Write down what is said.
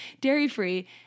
dairy-free